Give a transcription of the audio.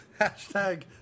Hashtag